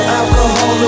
alcohol